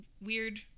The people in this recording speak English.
weird